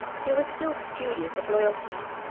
he was still studious of loyalty